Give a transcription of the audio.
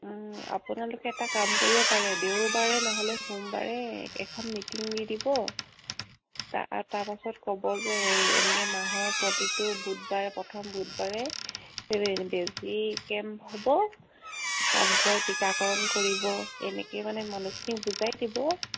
আপোনালোকে এটা কাম কৰিব পাৰে দেওবাৰে নহ'লে সোমবাৰে এখন মিটিং দি দিব তাৰ পাছত ক'ব যে এই এনেকৈ মাহৰ প্ৰতিটো বুধবাৰে প্ৰথম বুধবাৰে এই বেজী কেম্প হ'ব তাত গৈ টীকাকৰণ কৰিব এনেকৈ মানে মানুহখিনিক বুজাই দিব